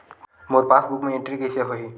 मोर passbook मा entry कइसे होही?